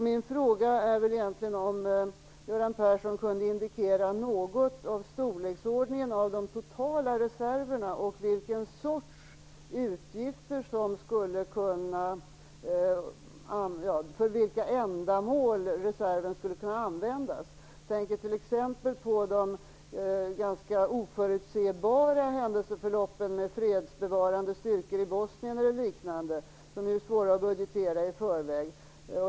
Min fråga är då om Göran Persson kan indikera något om storleksordningen av de totala reserverna och för vilka ändamål reserverna skulle kunna användas. Jag tänker t.ex. på det ganska oförutsebara händelseförloppet med fredsbevarande styrkor i Bosnien och liknade som ju är svårt att budgetera i förväg.